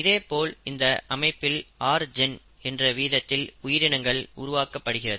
இதேபோல் இந்த அமைப்பில் rgen என்ற வீதத்தில் உயிரினங்கள் உருவாக்கப்படுகிறது